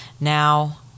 Now